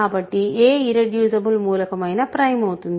కాబట్టి ఏ ఇర్రెడ్యూసిబుల్ మూలకం అయినా ప్రైమ్ అవుతుంది